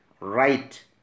right